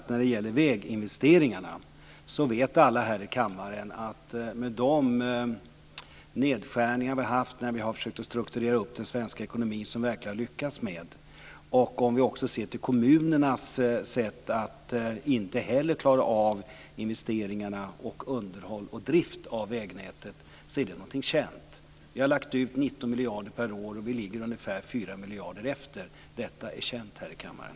När det gäller väginvesteringar känner alla här i kammaren till de nedskärningar vi har haft när vi har försökt att strukturera upp den svenska ekonomin - som vi verkligen har lyckats med. Ser vi också till kommunernas sätt att inte heller klara av investeringarna liksom underhåll och drift av vägnätet är det något som är känt. Vi har lagt ut 19 miljarder per år, och vi ligger ungefär 4 miljarder efter. Detta är känt här i kammaren.